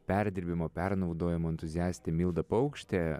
perdirbimo pernaudojomo entuziastė milda paukštė